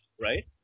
right